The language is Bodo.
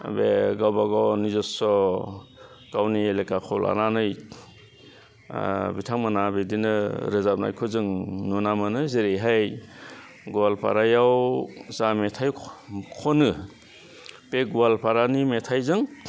बे गावबागाव निजेच्च' गावनि एलेखाखौ लानानै बिथांमोना बिदिनो रोजाबनायखौ जों नुना मोनो जेरैहाय गवालपारायाव जा मेथाइ खनो बे गवालपारानि मेथाइजों